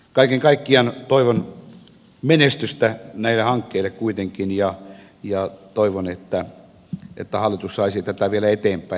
kaiken kaikkiaan toivon menestystä näille hankkeille kuitenkin ja toivon että hallitus saisi tätä vielä eteenpäin